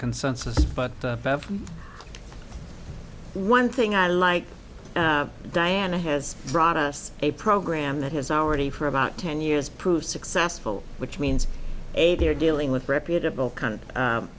consensus but one thing i like diana has brought us a program that has already for about ten years proved successful which means they are dealing with reputable kind of